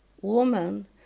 Woman